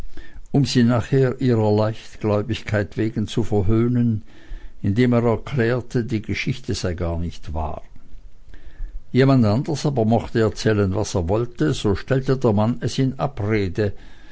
um sie nachher ihrer leichtgläubigkeit wegen zu verhöhnen indem er erklärte die geschichte sei gar nicht wahr jemand anders aber mochte erzählen was er wollte so stellte der mann es in abrede